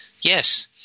Yes